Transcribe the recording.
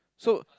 so